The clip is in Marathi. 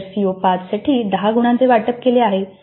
तर सीओ 5 साठी 10 गुणांचे वाटप केले आहे